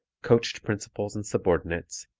coached principals and subordinates,